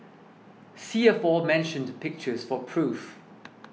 see aforementioned pictures for proof